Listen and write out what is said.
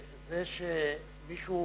זה שמישהו